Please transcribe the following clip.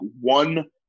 one –